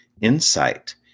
insight